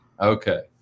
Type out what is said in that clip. Okay